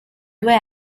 due